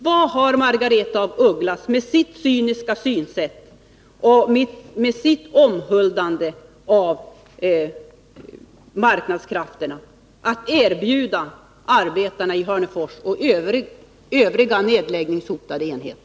Vad har Margaretha af Ugglas med sitt cyniska synsätt och sitt omhuldande av marknadskrafterna att erbjuda arbetarna i Hörnefors och övriga nedläggningshotade enheter?